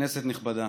כנסת נכבדה,